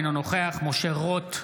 אינו נוכח משה רוט,